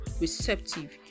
receptive